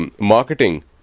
marketing